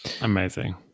Amazing